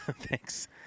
thanks